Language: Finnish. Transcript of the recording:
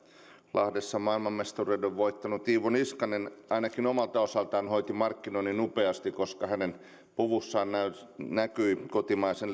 lahdessa maailmanmestaruuden voittanut iivo niskanen ainakin omalta osaltaan hoiti markkinoinnin upeasti koska hänen puvussaan näkyi kotimaisen